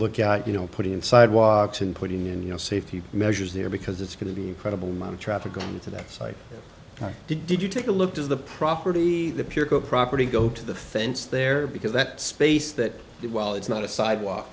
look at you know putting in sidewalks and putting in you know safety measures there because it's going to be incredible amount of traffic going to that site did you take a look does the property the pier go property go to the fence there because that space that while it's not a sidewalk